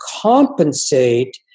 compensate